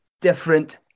different